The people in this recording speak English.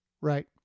Right